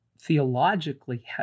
theologically